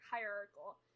hierarchical